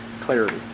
clarity